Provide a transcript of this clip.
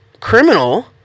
criminal